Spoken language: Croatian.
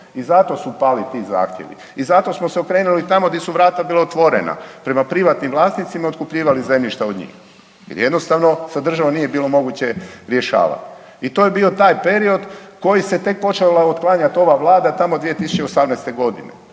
i zato su pali ti zahtjevi i zato smo se okrenuli tamo gdje su vrata bila otvorena, prema privatnim vlasnicima i otkupljivali zemljišta od njih jer jednostavno sa državom nije bilo moguće rješavati i to je bio taj period koji se tek počela otklanjati ova Vlada, tamo 2018. g.